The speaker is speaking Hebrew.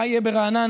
מה יהיה ברעננה.